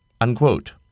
unquote